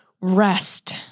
rest